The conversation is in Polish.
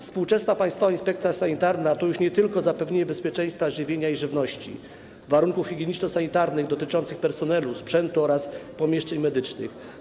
Współczesna Państwowa Inspekcja Sanitarna to już nie tylko zapewnienie bezpieczeństwa żywienia i żywności, warunków higieniczno-sanitarnych dotyczących personelu, sprzętu oraz pomieszczeń medycznych.